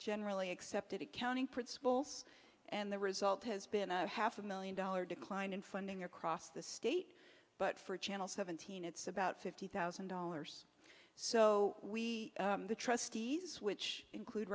generally accepted accounting principles and the result has been a half a million dollar decline in funding across the state but for channel seventeen it's about fifty thousand dollars so we the trustees which include